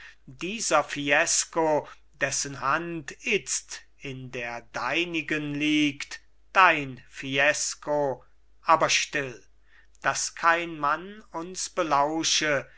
dieser fiesco dessen hand itzt in der deinigen liegt dein fiesco aber still daß kein mann uns belausche